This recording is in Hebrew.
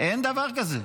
אין דבר כזה.